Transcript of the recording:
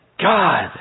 God